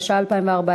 התשע"ה 2014,